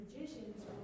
magicians